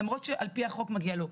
למרות שלפי החוק מגיע לו.